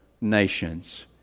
nations